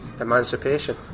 Emancipation